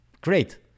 great